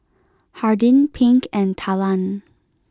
Hardin Pink and Talan